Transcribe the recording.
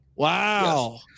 Wow